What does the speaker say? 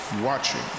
watching